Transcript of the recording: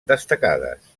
destacades